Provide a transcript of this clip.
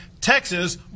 Texas